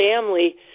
family